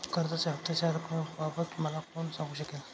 कर्जाच्या हफ्त्याच्या रक्कमेबाबत मला कोण सांगू शकेल?